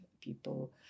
People